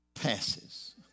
passes